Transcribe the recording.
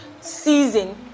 season